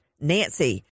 Nancy